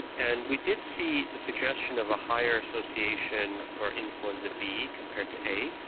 and we did see the suggestion of a higher association for influenza b compared to a.